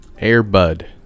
Airbud